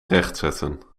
rechtzetten